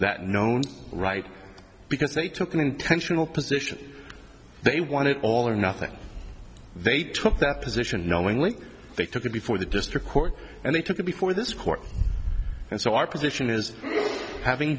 that known right because they took an intentional position they wanted all or nothing they took that position knowing when they took it before the district court and they took it before this court and so our position is having